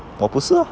我不是啊